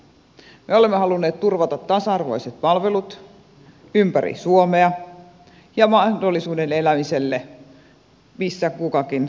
me olemme halunneet turvata tasa arvoiset palvelut ympäri suomea ja mahdollisuuden elämiselle missä kukakin haluaa